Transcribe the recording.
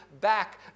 back